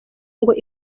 ngo